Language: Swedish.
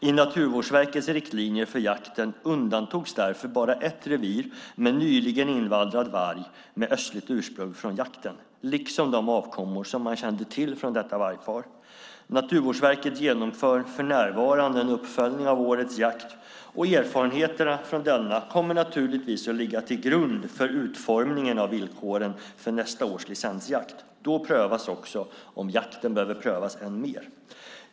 I Naturvårdsverkets riktlinjer för jakten undantogs därför bara ett revir med en nyligen invandrad varg med östligt ursprung från jakten, liksom de avkommor som man kände till från detta vargpar. Naturvårdsverket genomför för närvarande en uppföljning av årets jakt. Erfarenheterna från denna kommer naturligtvis att ligga till grund för utformningen av villkoren för nästa års licensjakt. Då prövas också om jakten behöver riktas än mer.